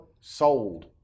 sold